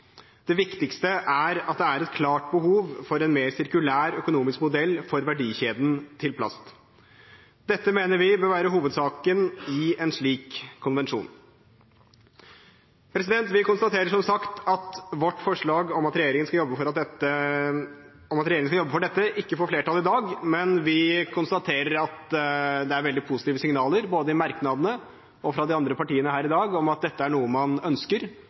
Det viktigste er at det er et klart behov for en mer sirkulær økonomisk modell for verdikjeden til plast. Dette mener vi bør være hovedsaken i en slik konvensjon. Vi konstaterer som sagt at vårt forslag om at regjeringen skal jobbe for dette, ikke får flertall i dag, men vi konstaterer at det er veldig positive signaler i merknadene og fra de andre partiene her i dag om at dette er noe man ønsker,